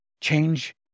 Change